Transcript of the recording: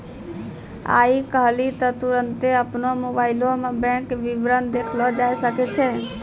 आइ काल्हि त तुरन्ते अपनो मोबाइलो मे बैंक विबरण देखलो जाय सकै छै